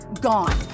gone